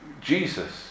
Jesus